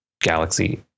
galaxy